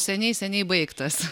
seniai seniai baigtas